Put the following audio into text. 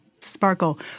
sparkle